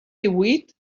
díhuit